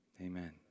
Amen